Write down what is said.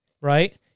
right